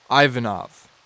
Ivanov